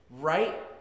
right